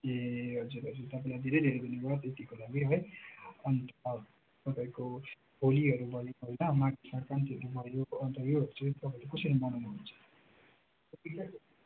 ए हजुर हजुर तपाईँलाई धेरै धेरै धन्यवाद यतिको लागि है अन्त तपाईँको होलीहरू भयो होइन माघे सङ्क्रान्तिहरू भयो अन्त योहरू चाहिँ तपाईँले कसरी मनाउनु हुन्छ